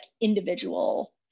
individual